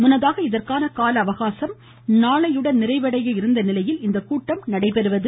முன்னதாக இதற்கான கால அவகாசம் நாளையுடன் நிறைவடைய இருந்த நிலையில் இந்த கூட்டம் நடைபெற்றது